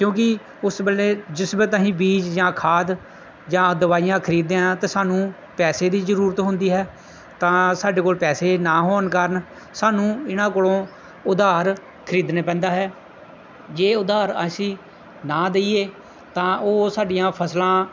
ਕਿਉਂਕਿ ਉਸ ਵੇਲੇ ਜਿਸ ਵੇਲੇ ਤਾਂ ਅਸੀਂ ਬੀਜ ਜਾਂ ਖਾਦ ਜਾਂ ਦਵਾਈਆਂ ਖਰੀਦਦੇ ਹਾਂ ਤਾਂ ਸਾਨੂੰ ਪੈਸੇ ਦੀ ਜ਼ਰੂਰਤ ਹੁੰਦੀ ਹੈ ਤਾਂ ਸਾਡੇ ਕੋਲ ਪੈਸੇ ਨਾ ਹੋਣ ਕਾਰਨ ਸਾਨੂੰ ਇਹਨਾਂ ਕੋਲੋਂ ਉਧਾਰ ਖਰੀਦਣੇ ਪੈਂਦਾ ਹੈ ਜੇ ਉਧਾਰ ਅਸੀਂ ਨਾ ਦਈਏ ਤਾਂ ਉਹ ਸਾਡੀਆਂ ਫਸਲਾਂ